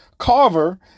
Carver